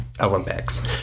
Olympics